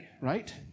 right